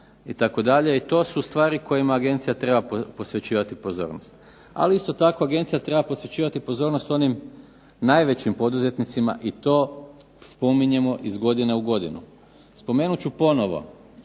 i to su stvari kojima agencija treba posvećivati pozornost. Ali isto tako agencija treba posjećivati pozornost onim najvećim poduzetnicima i to spominjemo iz godine u godinu. Spomenut ću ponovo